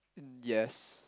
yes